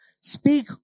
Speak